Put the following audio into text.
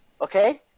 okay